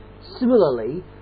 Similarly